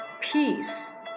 peace